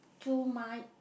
two mind